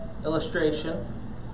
Illustration